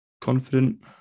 Confident